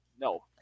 no